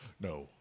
No